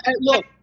look